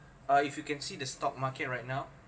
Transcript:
uh if you can see the stock market right now